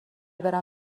برم